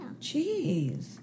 Jeez